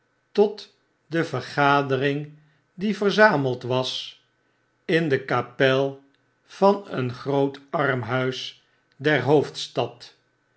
tot de vergadering die verzameld was indekapelvan een groot armhuis der hoofdstad